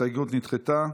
ההסתייגות נדחתה.